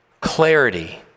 clarity